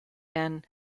and